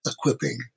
equipping